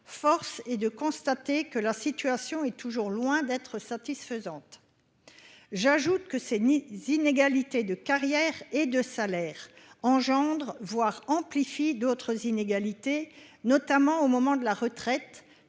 force est de constater que la situation est toujours loin d'être satisfaisante. J'ajoute que ces inégalités de carrière et de salaires créent, voire amplifient d'autres inégalités, notamment au moment de la retraite,